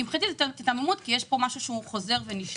כי מבחינתי זאת היתממות כי יש פה משהו שהוא חוזר ונשנה,